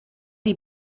die